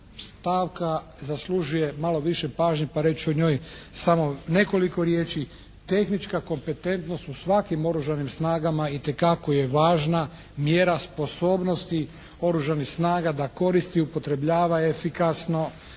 stavka zaslužuje malo više pažnje, pa reći ću o njoj samo nekoliko riječi. Tehnička kompetentnost u svakim oružanim snagama itekako je važna, mjera sposobnosti oružanih snaga da koristi, upotrebljava efikasno